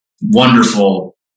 wonderful